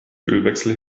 ölwechsel